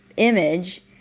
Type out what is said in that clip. image